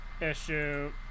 issue